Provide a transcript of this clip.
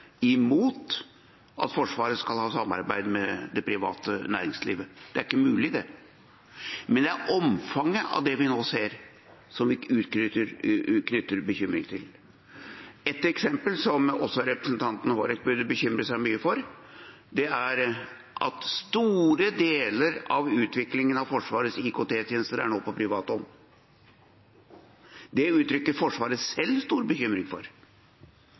imot at Forsvaret skal ha samarbeid med det private næringslivet. Det er ikke mulig, det. Men det er omfanget av det vi nå ser, som vi knytter bekymring til. Ett eksempel, som også representanten Hårek Elvenes burde bekymre seg mye for, er at store deler av utviklingen av Forsvarets IKT-tjenester nå er på privat hånd. Det uttrykker Forsvaret selv stor bekymring for.